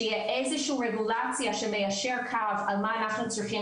שיהיה איזשהו רגולציה שמיישר קו על מה שאנחנו צריכים